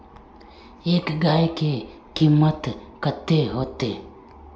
एक गाय के कीमत कते होते?